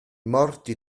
morti